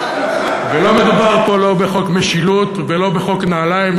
ולא מדובר פה לא בחוק משילות ולא בחוק נעליים.